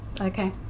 Okay